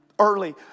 early